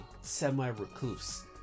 semi-recluse